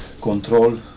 control